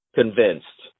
convinced